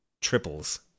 triples